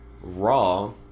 Raw